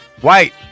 white